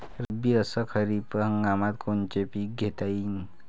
रब्बी अस खरीप हंगामात कोनचे पिकं घेता येईन?